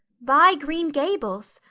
buy green gables?